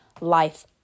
life